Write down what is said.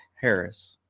Harris